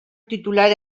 titulat